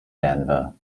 denver